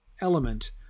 element